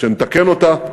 שנתקן אותה.